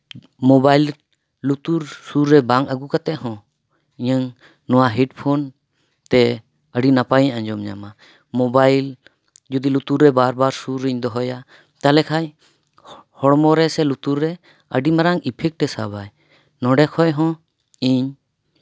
mobile ᱞᱩᱛᱩᱨ ᱥᱩᱨ ᱨᱮ ᱵᱟᱝ ᱟᱹᱜᱩ ᱠᱟᱛᱮᱜ ᱦᱚᱸ ᱤᱧᱟᱹᱝ ᱱᱚᱣᱟ ᱦᱮᱰᱯᱷᱳᱱ ᱛᱮ ᱟᱹᱰᱤ ᱱᱟᱯᱟᱭᱤᱧ ᱟᱸᱡᱚᱢ ᱧᱟᱢᱟ ᱢᱳᱵᱟᱭᱤᱞ ᱡᱩᱫᱤ ᱞᱩᱛᱩᱨ ᱨᱮ ᱵᱟᱨ ᱵᱟᱨ ᱥᱩᱨ ᱨᱮᱧ ᱫᱚᱦᱚᱭᱟ ᱛᱟᱦᱞᱮ ᱠᱷᱟᱱ ᱦᱚᱲᱢᱚ ᱨᱮᱥᱮ ᱞᱩᱛᱩᱨ ᱨᱮ ᱟᱹᱰᱤ ᱢᱟᱨᱟᱝ ᱤᱯᱷᱮᱠᱴᱮ ᱥᱟᱵᱟᱭ ᱱᱚᱸᱰᱮ ᱠᱷᱚᱱ ᱦᱚᱸ ᱤᱧ